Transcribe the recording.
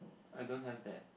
I don't have that